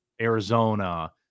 Arizona